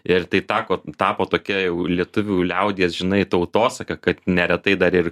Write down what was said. ir tai tako tapo tokia jau lietuvių liaudies žinai tautosaka kad neretai dar ir